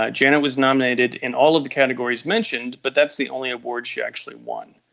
ah janet was nominated in all of the categories mentioned but that's the only award she actually won.